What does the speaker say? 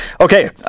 Okay